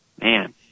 Man